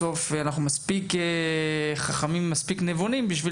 אנחנו מספיק חכמים ומספיק נבונים בשביל